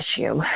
issue